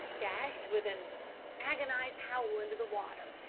dashed with an agonised howl into the water,